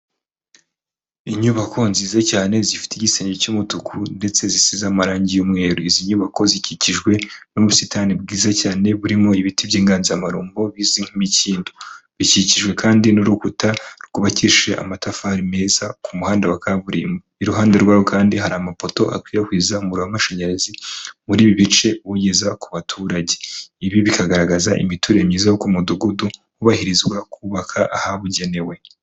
Inyubako nziza cyane zifite igisenge cy'umutuku, ndetse zisize' amarangi'mweru. Izi nyubako zikikijwe n'ubusitani bwiza cyane, burimo ibiti by'inganzamarumbo bimeze nk'imikindo. Bikikijwe kandi n'urukuta rwubakishije amatafari meza ku muhanda wa kaburimbo. Iruhande rwawo kandi hari amapoto akwirakwiza umuriro w'amashanyarazi, muri ibi bice ugezwa ku baturage. Ibi bikagaragaza imiturire myiza ku mudugudu hubahirizwa kubaka ahabugenewe.